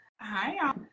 Hi